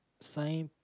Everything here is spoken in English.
sign